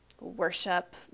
worship